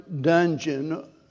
dungeon